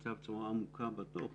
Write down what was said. נמצא בצורה עמוקה בדוח,